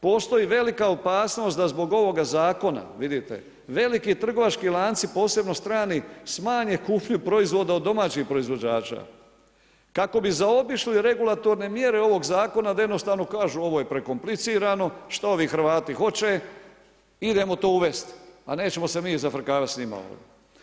Postoji velika opasnost da zbog ovoga zakona vidite veliki trgovački lanci, posebno strani smanje kupnju proizvoda od domaćih proizvođača kako bi zaobišli regulatorne mjere ovog zakona da jednostavno kažu ovo je prekomplicirano, šta ovi Hrvati hoće, idemo to uvesti a nećemo se mi zafrkavati s njima ovdje.